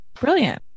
brilliant